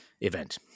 event